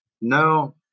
No